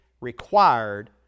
required